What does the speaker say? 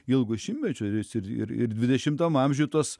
ilgus šimtmečius i ir ir dvidešimtam amžiuj tas